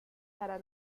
para